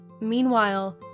Meanwhile